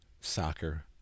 soccer